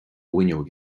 bhfuinneog